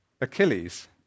Achilles